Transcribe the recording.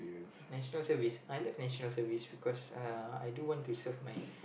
National Service I love National Service because uh I do want to serve my